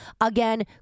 again